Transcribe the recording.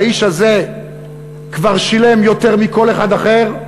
האיש הזה כבר שילם יותר מכל אחד אחר,